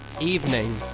evening